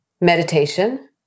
Meditation